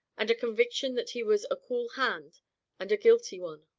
and a conviction that he was a cool hand and a guilty one.